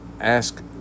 ask